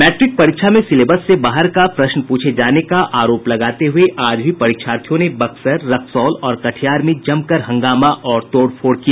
matric परीक्षा में syllabus से बाहर का प्रश्न पूछे जाने का आरोप लगाते हुए आज भी परीक्षार्थियों ने बक्सर रक्सौल और कटिहार में जमकर हंगामा और तोड़ फोड़ किया